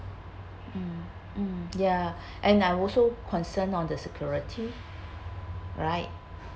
mm ya and I also concern on the security right